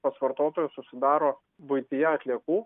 pats vartotojas susidaro buityje atliekų